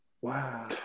Wow